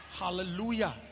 hallelujah